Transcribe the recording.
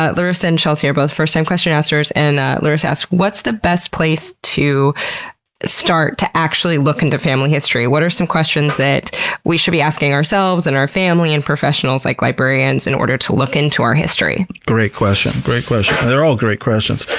ah larissa and chelsy are both first-time question-askers and larissa asks what's the best place to start to actually look into family history? what are some questions that we should be asking ourselves, and our family, and professionals like librarians in order to look into our history? great question. they're all great questions.